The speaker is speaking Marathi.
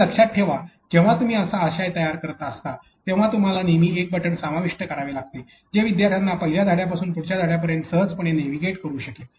आणि लक्षात ठेवा की जेव्हा तुम्ही असा आशय तयार करत असता तेव्हा तुम्हाला नेहमी एक बटण समाविष्ट करावे लागते जे विद्यार्थ्यांना पहिल्या धड्यापासून पुढील धड्यापर्यंत सहजपणे नेव्हीगेट करू शकेल